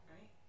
right